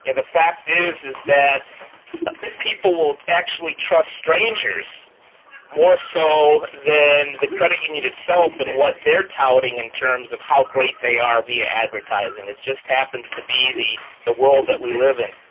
the fact is, is that people will actually trust strangers more so than the credit union itself in what they're touting in terms of how great they are via advertising. it just happens to be the the world that we live in.